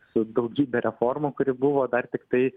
su daugybe reformų kuri buvo dar tiktai